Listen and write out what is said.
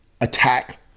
attack